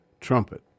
trumpet